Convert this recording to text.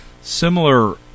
similar